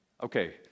Okay